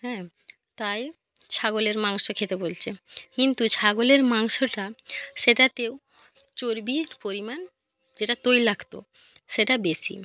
হ্যাঁ তাই ছাগলের মাংস খেতে বলছে কিন্তু ছাগলের মাংসটা সেটাতেও চর্বির পরিমাণ যেটা তৈলাক্ত সেটা বেশি